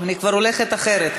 אני כבר הולכת אחרת.